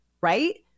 right